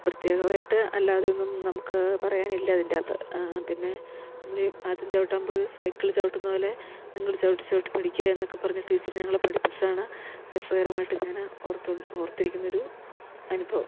പ്രത്യേകമായിട്ട് അല്ലാതെയൊന്നും നമുക്ക് പറയാനില്ല അതിൻറ്റാത്ത് പിന്നെ നമ്മളീ ആദ്യം ചവിട്ടാം പോയി സൈക്കിള് ചവിട്ടുന്ന പോലെ നിങ്ങള് ചവിട്ടി ചവിട്ടി പഠിക്കുക എന്നൊക്കെ പറഞ്ഞ് ടീച്ചറ് ഞങ്ങള് പഠിപ്പിച്ചതാണ് രസകരമായിട്ട് ഞാന് ഓർത്തുകൊണ്ട് ഓർത്തിരിക്കുന്നൊരു അനുഭവം